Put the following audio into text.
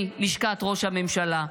אל לשכת ראש הממשלה.